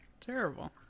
terrible